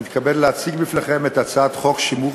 אני מתכבד להציג בפניכם את הצעת חוק שימור